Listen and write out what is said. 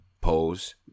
Pose